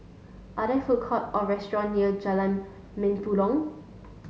are there food court or restaurant near Jalan Mempurong